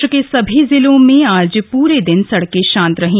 राज्य के सभी जिलों में आज पूरे दिन सड़कें शांत रहीं